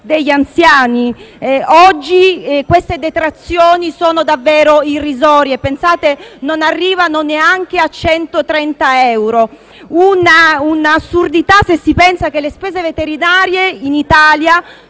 degli anziani). Oggi queste detrazioni sono davvero irrisorie: pensate, non arrivano neanche a 130 euro. È un'assurdità se si pensa che le spese veterinarie in Italia